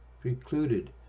precluded